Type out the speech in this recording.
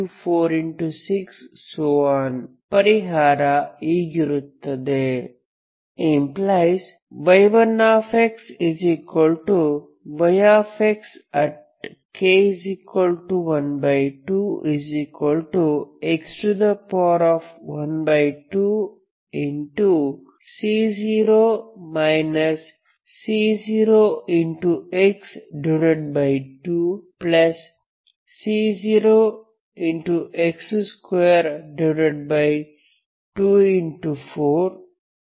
6 ಪರಿಹಾರ ಹೀಗಿರುತ್ತದೆ ⟹y1xyx |k12x12C0 C02xC02